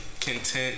content